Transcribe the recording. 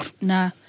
Nah